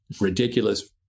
ridiculous